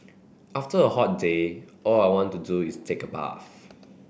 after a hot day all I want to do is take a bath